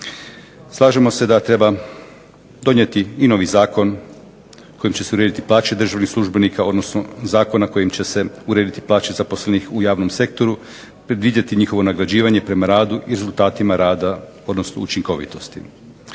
slažemo se da treba donijeti i novi zakon kojim će se urediti plaće državnih službenika, odnosno zakona kojim će se urediti plaće zaposlenih u javnom sektoru, predvidjeti njihovo nagrađivanje prema radu i rezultatima rada, odnosno učinkovitosti.